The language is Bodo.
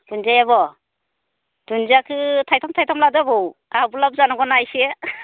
दुन्दियाबो दुन्दियाखो थाइथाम थाइथाम लादो आबौ आहाबो लाभ जानांगौ ना एसे